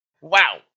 Wow